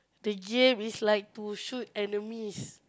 the game is like to shoot enemies